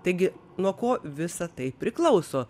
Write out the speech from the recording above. taigi nuo ko visa tai priklauso